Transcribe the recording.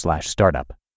startup